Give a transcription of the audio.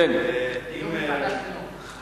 דיון בוועדת חינוך.